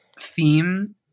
theme